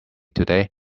today